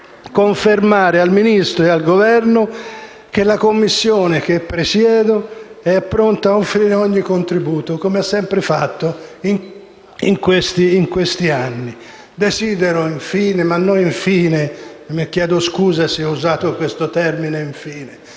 confermare al Ministro e al Governo che la Commissione che presiedo è pronta a offrire ogni contributo, come ha sempre fatto in questi anni. Desidero infine - ma non infine e chiedo scusa se ho usato questo termine,